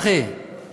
צחי, אני